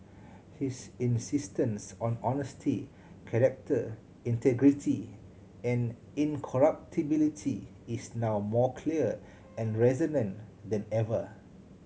his insistence on honesty character integrity and incorruptibility is now more clear and resonant than ever